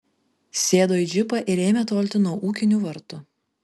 sėdo į džipą ir ėmė tolti nuo ūkinių vartų